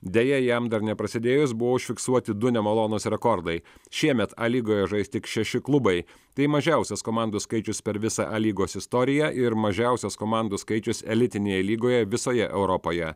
deja jam dar neprasidėjus buvo užfiksuoti du nemalonūs rekordai šiemet a lygoje žais tik šeši klubai tai mažiausias komandų skaičius per visą a lygos istoriją ir mažiausias komandų skaičius elitinėje lygoje visoje europoje